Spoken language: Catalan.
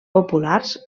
populars